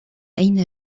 أين